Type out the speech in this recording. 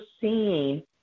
seeing